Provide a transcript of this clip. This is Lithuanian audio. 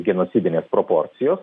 genocidinės proporcijos